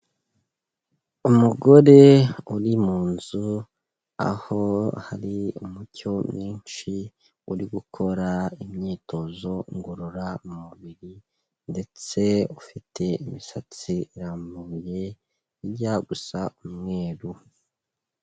Umugore uri mu nzu, aho hari umucyo mwinshi, uri gukora imyitozo ngororamubiri, ndetse ufite imisatsi irambuye, ijya gusa umweru.